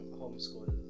homeschool